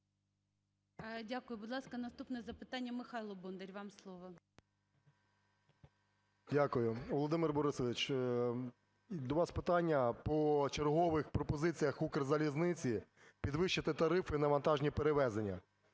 Дякую. Будь ласка, наступне запитання. Михайло Бондар, вам слово. 11:16:30 БОНДАР М.Л. Дякую. Володимир Борисович, до вас питання по чергових пропозиціях "Укрзалізниці" підвищити тарифи на вантажні перевезення.